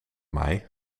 mij